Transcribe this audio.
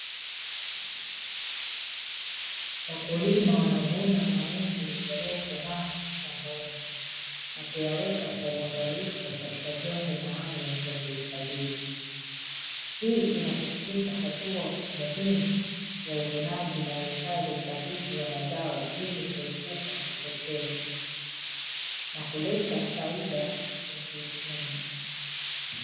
Wakulima wanavuna mahindi yaliyokomaa shambani na kuyaweka kwa uangalifu katika vyombo maalum vya kuhifadhia. Hii inasisitiza hatua muhimu ya uvunaji na uhifadhi sahihi wa mazao ili kuepuka upotevu na kuleta faida ya kiuchumi.